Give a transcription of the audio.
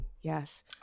Yes